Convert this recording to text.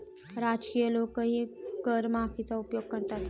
राजकीय लोकही कर माफीचा उपयोग करतात